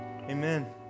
Amen